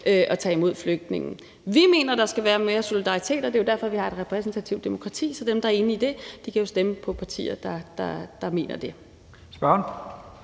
at tage imod flygtninge. Vi mener, at der skal være mere solidaritet, og det er jo derfor, at vi har et repræsentativt demokrati, sådan at dem, der er enige i det, kan stemme på partier, der mener det.